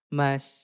mas